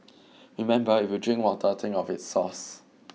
remember if you drink water think of its source